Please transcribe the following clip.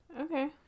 Okay